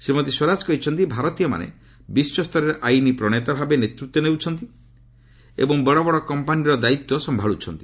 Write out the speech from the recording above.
ଶ୍ରୀମତୀ ସ୍ୱରାଜ କହିଛନ୍ତି ଭାରତୀୟମାନେ ବିଶ୍ୱସ୍ତରରେ ଆଇନ ପ୍ରଣେତା ଭାବେ ନେତୃତ୍ୱ ନେଉଛନ୍ତି ଏବଂ ବଡ଼ବଡ଼ କମ୍ପାନିର ଦାୟିତ୍ୱ ସମ୍ଭାଳୁଛନ୍ତି